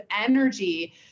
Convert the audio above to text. energy